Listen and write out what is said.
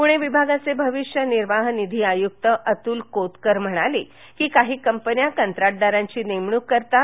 पुणे विभागाचे भविष्य निर्वाह निधी आयुक्त अतुल कोतकर म्हणाले की काही कंपन्या कंत्राटदारांची नेमणूक करतात